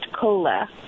COLA